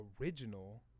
original